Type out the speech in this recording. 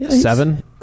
seven